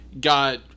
got